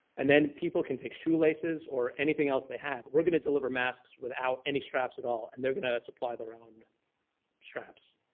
and then people can take shoelaces, or anything else they have. we're going to deliver masks without any straps at all, and they're going to supply their own straps.